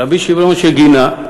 רבי שמעון שגינה,